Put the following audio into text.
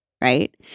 right